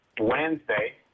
Wednesday